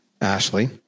Ashley